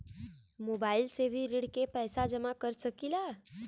Mobile से भी ऋण के पैसा जमा कर सकी ला?